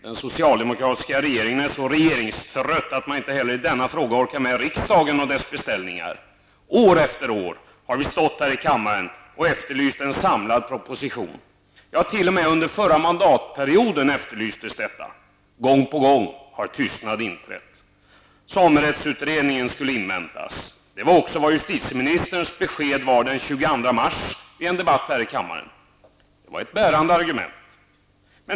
Den socialdemokratiska regeringen är så regeringstrött att den inte heller i denna fråga orkar med riksdagen och dess beställningar. År efter år har vi stått här i kammaren och efterlyst en samlad proposition. Ja, t.o.m. under den förra mandatperioden efterlystes detta. Gång på gång har tystnad inträtt. Samerättsutredningen skulle inväntas. Det var också justitieministerns besked den 22 mars i en debatt här i kammaren. Det var ett bärande argument.